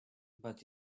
but